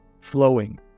flowing